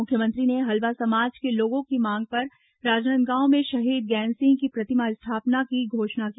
मुख्यमंत्री ने हल्बा समाज के लोगों की मांग पर राजनांदगांव में शहीद गैंदसिंह की प्रतिमा स्थापना की घोषणा की